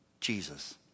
Jesus